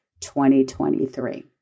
2023